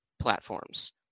platforms